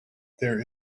there